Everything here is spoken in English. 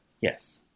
yes